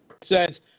says